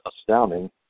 astounding